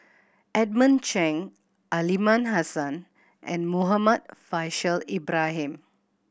Edmund Chen Aliman Hassan and Muhammad Faishal Ibrahim